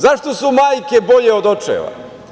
Zašto su majke bolje od očeva?